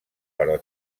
però